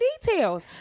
details